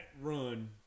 run